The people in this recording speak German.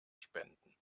spenden